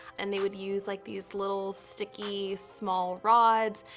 and they would use like these little sticky small rods.